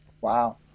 Wow